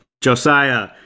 Josiah